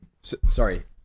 sorry